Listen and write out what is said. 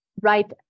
Right